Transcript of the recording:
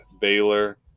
Baylor